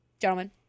gentlemen